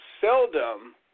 seldom